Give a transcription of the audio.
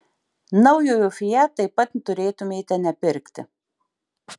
naujojo fiat taip pat turėtumėte nepirkti